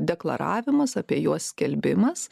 deklaravimas apie juos skelbimas